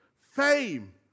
fame